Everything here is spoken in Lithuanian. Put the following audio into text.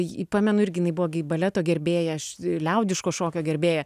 pamenu ji irgi buvo baleto gerbėjai liaudiško šokio gerbėja